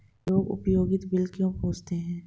लोग उपयोगिता बिल क्यों पूछते हैं?